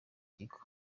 kigo